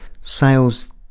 sales